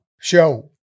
show